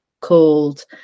called